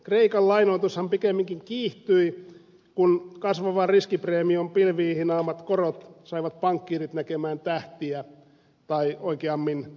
kreikan lainoitushan pikemminkin kiihtyi kun kasvavan riskipreemion pilviin hinaamat korot saivat pankkiirit näkemään tähtiä tai oikeammin euroja